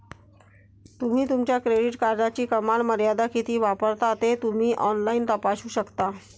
तुम्ही तुमच्या क्रेडिट कार्डची कमाल मर्यादा किती वापरता ते तुम्ही ऑनलाइन तपासू शकता